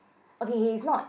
okay K K it's not